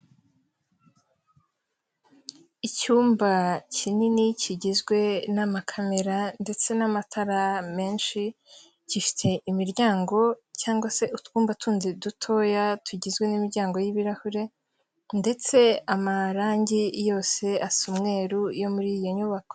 Icyumba kinini kigizwe n'amakamera ndetse n'amatara menshi, gifite imiryango cyangwa se utwumba tundi dutoya tugizwe n'imiryango y'ibirahure, ndetse amarangi yose asa umweru yo muri iyi nyubako.